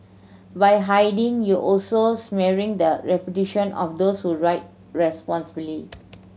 by hiding you also smearing the reputation of those who ride responsibly